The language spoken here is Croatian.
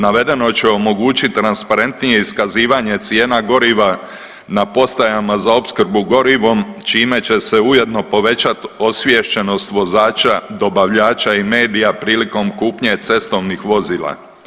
Navedeno će omogućiti transparentnije iskazivanje cijena goriva na postajama za opskrbu gorivom čime će se ujedno povećati osviješćenost vozača, dobavljača i … prilikom kupnje cestovnih vozila.